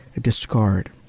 discard